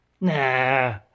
Nah